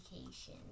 vacation